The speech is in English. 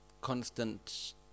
constant